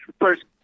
first